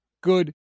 good